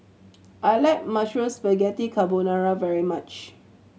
I like Mushroom Spaghetti Carbonara very much